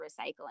recycling